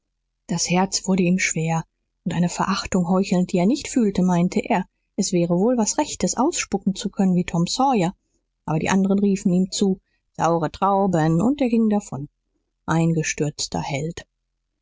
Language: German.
das herz wurde ihm schwer und eine verachtung heuchelnd die er nicht fühlte meinte er es wäre wohl was rechtes ausspucken zu können wie tom sawyer aber die anderen riefen ihm zu saure trauben und er ging davon ein gestürzter held